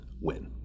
win